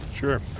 Sure